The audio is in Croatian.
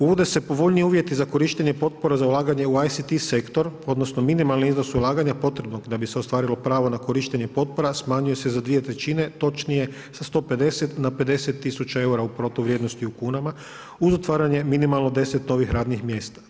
Uvode se povoljniji uvjeti za korištenje potpora za ulaganje u ICT sektor odnosno minimalni iznos ulaganja potrebnog da bi se ostvarilo pravo na korištenje potpora smanjuje se za 2/3 točnije sa 150 na 50 tisuća eura u protuvrijednosti u kunama uz otvaranje minimalno novih radnih mjesta.